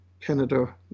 Canada